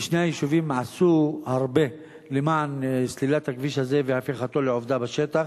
ושני היישובים עשו הרבה למען סלילת הכביש הזה והפיכתו לעובדה בשטח.